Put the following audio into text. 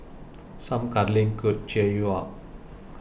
some cuddling could cheer you up